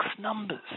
numbers